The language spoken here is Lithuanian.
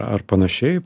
ar panašiai